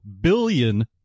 billion